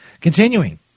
Continuing